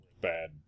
bad